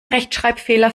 rechtschreibfehler